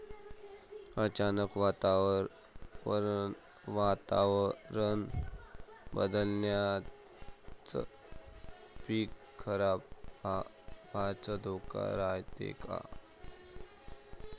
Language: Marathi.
अचानक वातावरण बदलल्यानं पीक खराब व्हाचा धोका रायते का?